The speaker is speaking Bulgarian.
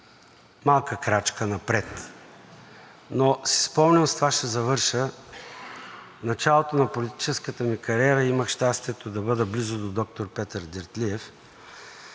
малка крачка напред. Спомням си – и с това ще завърша – в началото на политическата си кариера имах щастието да бъда близо до доктор Петър Дертлиев.